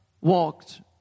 walked